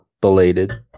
belated